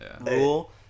rule